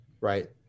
right